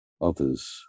Others